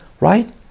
right